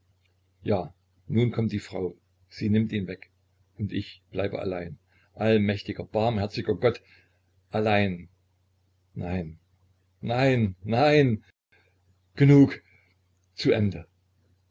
ja nun kommt die frau sie nimmt ihn weg und ich bleibe allein allmächtiger barmherziger gott allein nein nein nein genug zu ende